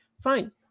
Fine